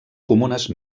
comunes